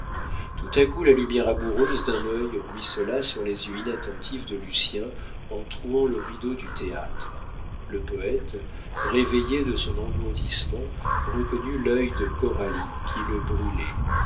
tout à coup la lumière amoureuse d'un œil ruissela sur les yeux inattentifs de lucien en trouant le rideau du théâtre le poète réveillé de son engourdissement reconnut l'œil de coralie qui le brûlait